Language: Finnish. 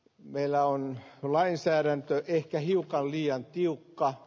meillä on lainsäädäntöä ehkä hiukan liian tiukka